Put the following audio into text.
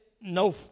no